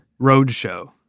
roadshow